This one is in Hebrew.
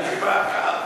בנשימה אחת.